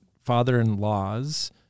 father-in-laws